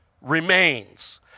remains